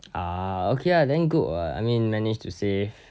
ah okay lah then good lah I mean managed to save